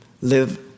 live